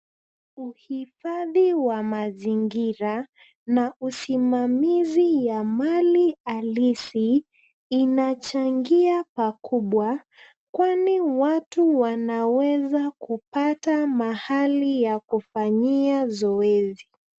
Uhifadhi ya mazingira na usimamizi ya mali halisi inachangia pakubwa , kwani watu wanaweza kupata mahali ya kufanyia zoezi .